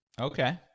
Okay